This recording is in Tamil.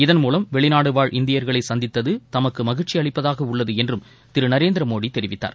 இதன்மூலம் வெளிநாடுவாழ் இந்தியா்களை சந்தித்தது தமக்கு மகிழ்ச்சி அளிப்பதாக உள்ளது என்றும் திரு நரேந்திரமோடி தெரிவித்தார்